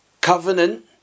Covenant